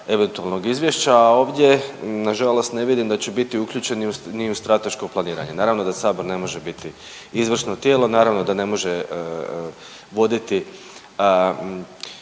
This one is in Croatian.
eventualnog izvješća, a ovdje nažalost ne vidim da će biti uključeni ni u strateško planiranje. Naravno, da sabor ne može biti izvršno tijelo, naravno da ne može voditi